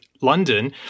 London